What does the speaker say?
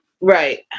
Right